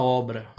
obra